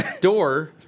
door